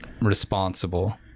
responsible